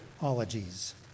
ologies